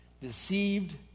deceived